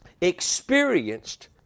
experienced